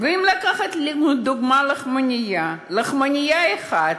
ואם את לוקחת לדוגמה לחמנייה, לחמנייה אחת,